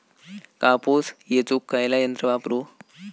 कापूस येचुक खयला यंत्र वापरू?